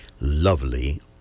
lovely